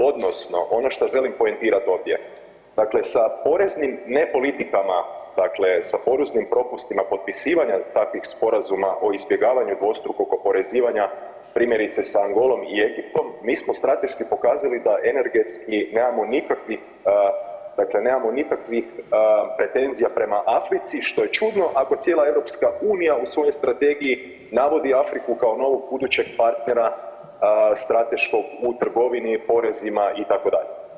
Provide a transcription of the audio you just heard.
Odnosno ono što želim poentirat ovdje, dakle sa poreznim ne politikama, dakle sa poreznim propustima potpisivanja takvih Sporazuma o izbjegavanju dvostrukog oporezivanja primjerice sa Angolom i Egiptom, mi smo strateški pokazali da energetski nemamo nikakvih, dakle nemamo nikakvih pretenzija prema Africi, što je čudno ako cijela EU u svojoj strategiji navodi Afriku kao novog budućeg partnera strateškog u trgovini, porezima itd.